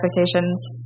expectations